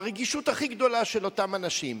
הרגישות הכי גדולה של אותם אנשים.